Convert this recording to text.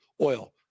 oil